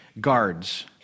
guards